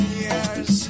years